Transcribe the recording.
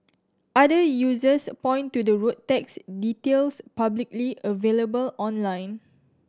other users point to the road tax details publicly available online